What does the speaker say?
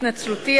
התנצלותי,